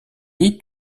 est